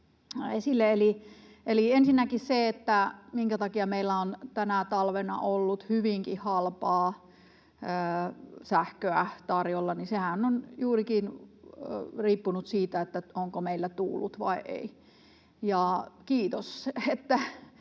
ensinnäkin, minkä takia meillä on tänä talvena ollut hyvinkin halpaa sähköä tarjolla, ja sehän on juurikin riippunut siitä, onko meillä tuullut vai ei. Kiitos